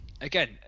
again